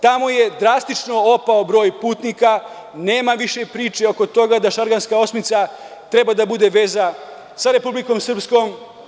Tamo je drastično opao broj putnika, nema više priče oko toga da Šarganska osmica treba da bude veza sa Republikom Srpskom.